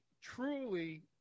truly